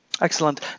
Excellent